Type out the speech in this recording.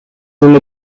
and